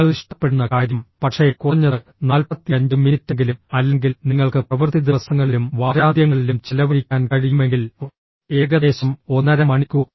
നിങ്ങൾ ഇഷ്ടപ്പെടുന്ന കാര്യം പക്ഷേ കുറഞ്ഞത് 45 മിനിറ്റെങ്കിലും അല്ലെങ്കിൽ നിങ്ങൾക്ക് പ്രവൃത്തിദിവസങ്ങളിലും വാരാന്ത്യങ്ങളിലും ചെലവഴിക്കാൻ കഴിയുമെങ്കിൽ ഏകദേശം ഒന്നര മണിക്കൂർ